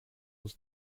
was